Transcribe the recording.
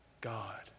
God